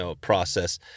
process